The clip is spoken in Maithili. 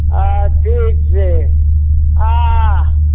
हँ ठीक छै हँ